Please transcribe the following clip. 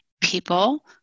people